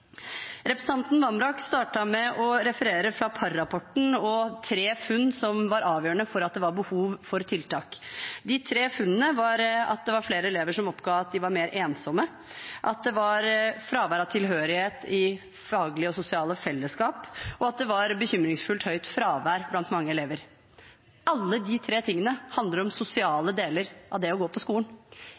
Representanten Vamraak startet med å referere fra Parr-rapporten og tre funn som var avgjørende for at det var behov for tiltak. De tre funnene var at det var flere elever som oppga at de var mer ensomme, at det var fravær av tilhørighet i faglige og sosiale fellesskap, og at det var bekymringsfullt høyt fravær blant mange elever. Alle de tre tingene handler om sosiale deler av det å gå på skolen.